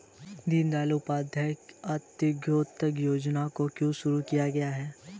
दीनदयाल उपाध्याय अंत्योदय योजना को क्यों शुरू किया गया?